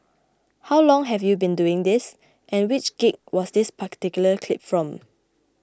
how long have you been doing this and which gig was this particular clip from